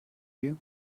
you